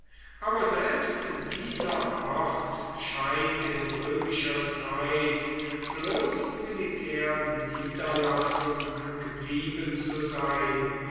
aber selbst dieser ort scheint in römischer zeit bloß militärniederlassung geblieben zu sein